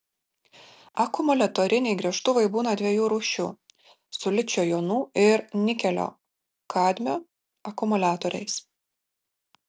akumuliatoriniai gręžtuvai būna dviejų rūšių su ličio jonų ir nikelio kadmio akumuliatoriais